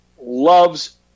Loves